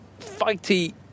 fighty